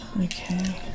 Okay